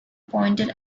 pointed